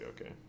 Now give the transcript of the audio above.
okay